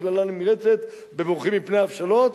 שקיללני קללה נמרצת בבורחי מפני אבשלום,